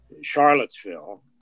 Charlottesville